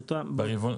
ברבעונית.